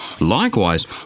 Likewise